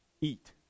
eat